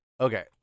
Okay